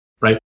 right